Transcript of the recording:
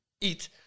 eat